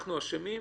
אנחנו אשמים,